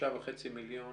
3.5 מיליון